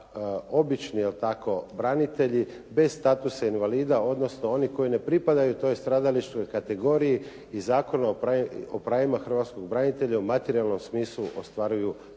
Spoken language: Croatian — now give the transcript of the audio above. tako branitelji bez statusa invalida odnosno oni koji ne pripadaju toj stradalničkoj kategoriji i Zakona o pravima hrvatskih branitelja u materijalnom smislu ostvaruju